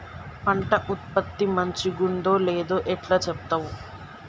పంట ఉత్పత్తి మంచిగుందో లేదో ఎట్లా చెప్తవ్?